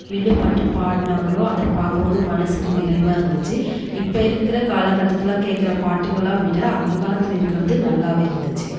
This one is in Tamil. வில்லுப்பாட்டு பாட்னாங்களோ அதை பார்க்கம்போது மனசுக்கு நிறைவாக இருந்துச்சு இப்போ இருக்கிற காலகட்டத்தில் கேட்குற பாட்டுங்களாம் விட அந்த காலத்தில் இருக்கிறது நல்லாவே இருந்துச்சு